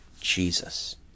Jesus